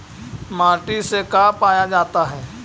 माटी से का पाया जाता है?